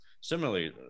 similarly